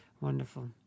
Wonderful